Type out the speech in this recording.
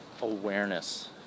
awareness